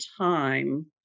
time